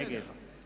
נגד